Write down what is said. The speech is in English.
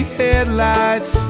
headlights